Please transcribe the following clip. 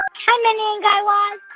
ah hi, mindy and guy raz.